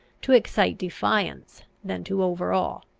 to excite defiance than to overawe.